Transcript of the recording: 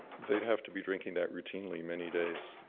they'd have to be drinking that routinely many days.